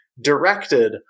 directed